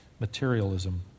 Materialism